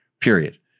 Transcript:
Period